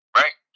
right